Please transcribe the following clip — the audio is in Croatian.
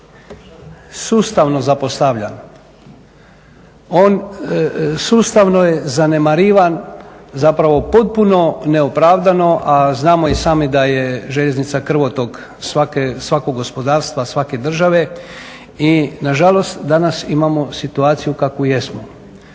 sustavno zapostavljan. On sustavno je zanemarivan, zapravo potpuno neopravdano a znamo i sami da je željeznica krvotok svakog gospodarstva, svake države. I nažalost danas imamo situaciju u kakvoj jesmo.